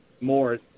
more